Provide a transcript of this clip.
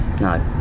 No